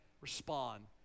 respond